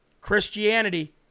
Christianity